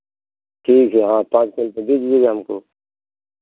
ठीक है हाँ पाँच क्विंटल दीजिएगा हमको